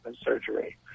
surgery